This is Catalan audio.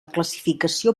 classificació